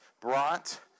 brought